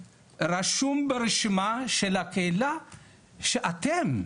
רשום ברשימה של הקהילה שאתם,